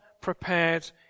prepared